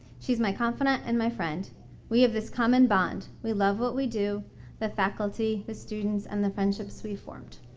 she's my confidant and my friend we have this common bond. we love what we do the faculty, the students and the friendships we formed.